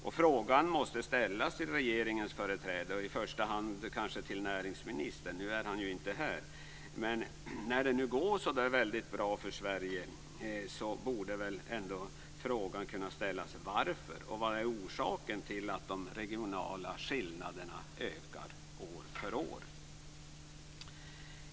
En fråga borde väl kunna ställas till regeringens företrädare, i första hand kanske till näringsministern - som dock inte finns här i kammaren just nu - när det nu går så väldigt bra för Sverige: Vad är orsaken till att de regionala skillnaderna ökar år efter år?